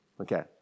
Okay